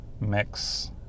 mix